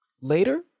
later